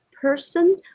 person